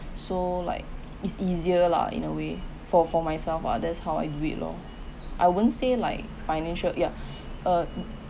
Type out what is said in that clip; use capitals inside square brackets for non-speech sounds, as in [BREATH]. so like it's easier lah in a way for for myself ah that's how I do it lor I won't say like financial yeah [BREATH] uh